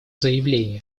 заявление